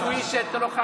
שב, תקשיב, תלמד.